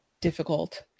difficult